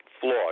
flawed